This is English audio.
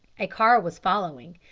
a car was following,